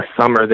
summer